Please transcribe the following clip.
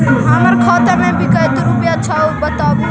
हमर खाता में विकतै रूपया छै बताबू या पासबुक छाप दियो?